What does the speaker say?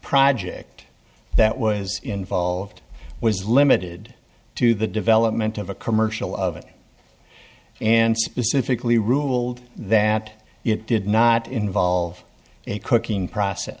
project that was involved was limited to the development of a commercial of it and specifically ruled that it did not involve a cooking process